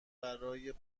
برای